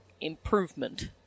improvement